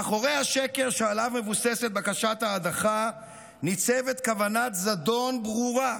מאחורי השקר שעליו מבוססת בקשת ההדחה ניצבת כוונת זדון ברורה: